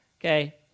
okay